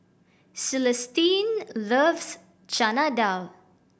Celestine loves Chana Dal